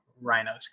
Rhino's